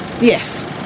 Yes